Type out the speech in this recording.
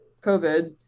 covid